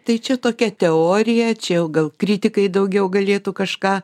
tai čia tokia teorija čia jau gal kritikai daugiau galėtų kažką